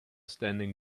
standing